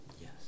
Yes